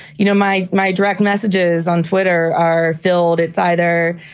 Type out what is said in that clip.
you know, my my direct messages on twitter are filled. it's either,